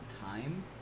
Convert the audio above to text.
time